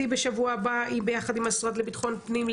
בשבוע הבא ביחד עם המשרד לבטחון פנים,